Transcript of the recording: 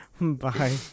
Bye